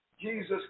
Jesus